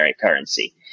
currency